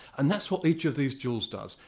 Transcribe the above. and that's what each of these jewels does.